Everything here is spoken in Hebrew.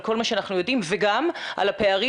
על כל מה שאנחנו יודעים וגם על הפערים